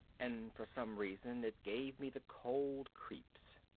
and for some reason it gave me the cold creeps.